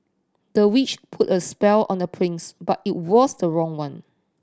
the witch put a spell on the prince but it was the wrong one